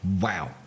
wow